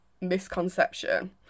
misconception